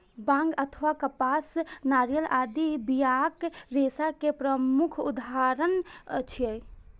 बांग अथवा कपास, नारियल आदि बियाक रेशा के प्रमुख उदाहरण छियै